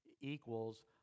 equals